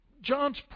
John's